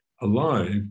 alive